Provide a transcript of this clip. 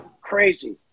crazy